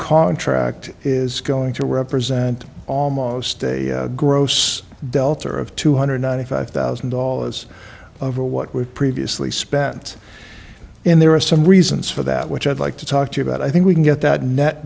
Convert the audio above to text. contract is going to represent almost a gross beltre of two hundred ninety five thousand dollars over what we've previously spent in there are some reasons for that which i'd like to talk to you about i think we can get that net